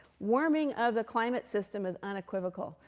warming of the climate system is unequivocal.